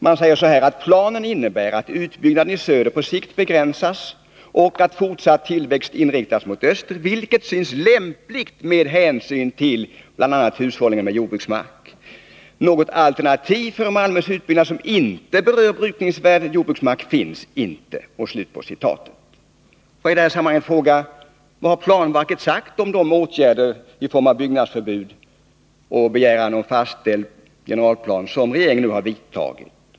Planverket säger: ”Planen innebär ——-— att utbyggnaden i söder på sikt begränsas och att fortsatt tillväxt inriktas mot öster, vilket synes lämpligt med hänsyn till bl.a. hushållningen med jordbruksmark. Något alternativ för Malmös utbyggnad som inte berör brukningsvärd jordbruksmark finns inte.” Får jag i det här sammanhanget fråga: Vad har planverket sagt om de Nr 81 åtgärder i form av byggnadsförbud och begäran om fastställd generalplan som regeringen har vidtagit?